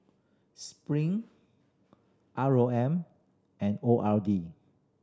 Spring R O M and O R D